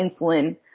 insulin